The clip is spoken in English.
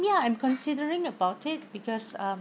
ya I'm considering about it because um